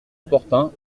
opportun